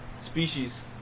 species